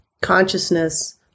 consciousness